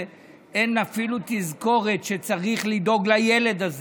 ואין אפילו תזכורת שצריך לדאוג לילד הזה.